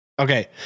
okay